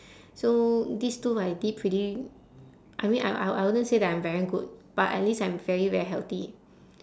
so these two I did pretty I mean I I I wouldn't say that I'm very good but at least I'm very very healthy